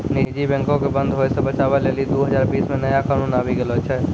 निजी बैंको के बंद होय से बचाबै लेली दु हजार बीस मे नया कानून आबि गेलो छै